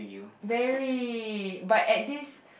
very but at this